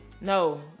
No